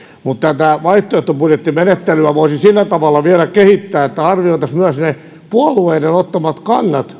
mutta tätä vaihtoehtobudjettimenettelyä voisi sillä tavalla vielä kehittää että arvioitaisiin myös ne puolueiden aiemmin ottamat kannat